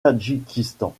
tadjikistan